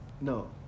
no